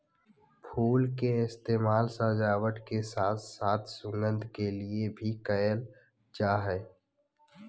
फुल के इस्तेमाल सजावट के साथ साथ सुगंध के लिए भी कयल जा हइ